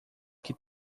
que